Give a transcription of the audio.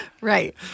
Right